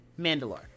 Mandalore